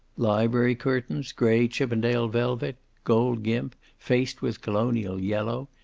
library curtains, gray chippendale velvet, gold gimp, faced with colonial yellow,